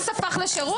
מס הפך לשירות?